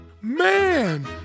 Man